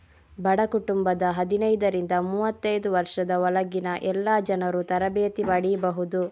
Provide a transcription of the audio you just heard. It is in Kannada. ಬಡ ಕುಟುಂಬದ ಹದಿನೈದರಿಂದ ಮೂವತ್ತೈದು ವರ್ಷದ ಒಳಗಿನ ಎಲ್ಲಾ ಜನರೂ ತರಬೇತಿ ಪಡೀಬಹುದು